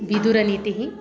विदुरनीतिः